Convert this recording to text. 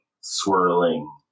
swirling